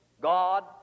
God